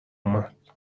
اومد